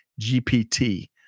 GPT